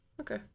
okay